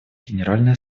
генеральной